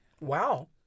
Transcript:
Wow